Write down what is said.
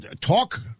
Talk